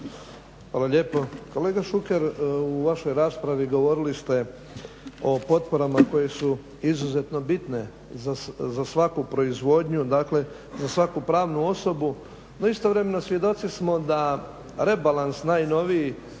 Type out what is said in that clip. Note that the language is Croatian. Hvala lijepo. Kolega Šuker u vašoj raspravi govorili ste o potporama koje su izuzetno bitne za svaku proizvodnju za svaku pravnu osobu. No istovremeno svjedoci smo da rebalans najnoviji